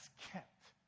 kept